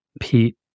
Pete